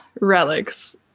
Relics